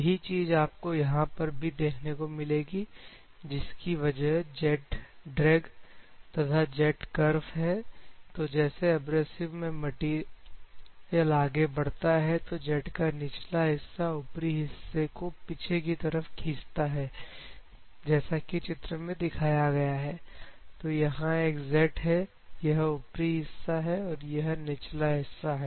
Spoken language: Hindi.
यही चीज आपको यहां पर भी देखने को मिलेगी जिसकी वजह जेट ड्रैग तथा जेट करफ है तो जैसे एब्रेसिव से मटेरियल में आगे बढ़ता है तो जेट का निचला हिस्सा ऊपरी हिस्से को पीछे की तरफ खींचता है जैसा कि चित्र में दिखाया गया है तो यहां एक जेट है यह ऊपरी हिस्सा है और यह निकला हिस्सा है